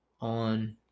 on